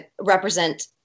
represent